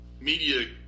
media